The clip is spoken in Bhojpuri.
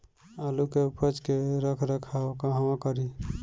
आलू के उपज के रख रखाव कहवा करी?